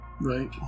Right